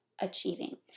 Achieving